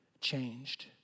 changed